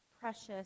precious